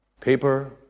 Paper